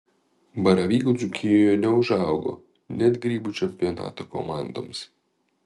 baravykų dzūkijoje neužaugo net grybų čempionato komandoms